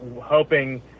hoping